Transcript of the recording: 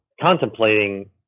contemplating